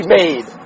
made